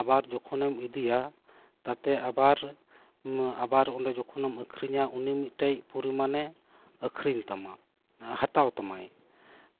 ᱟᱵᱟᱨ ᱡᱚᱠᱷᱚᱱ ᱮᱢ ᱤᱫᱤᱭᱟ ᱛᱟᱛᱮ ᱟᱵᱟᱨ ᱚᱸᱰᱮ ᱡᱚᱠᱷᱚᱱ ᱮᱢ ᱟᱹᱠᱷᱨᱤᱧᱟ ᱩᱱᱤ ᱢᱤᱫᱴᱮᱱ ᱯᱚᱨᱤᱢᱟᱱᱮ ᱟᱹᱠᱷᱨᱤᱧ ᱛᱟᱢᱟᱦᱟᱛᱟᱣ ᱛᱟᱢᱟᱭ